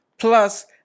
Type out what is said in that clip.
Plus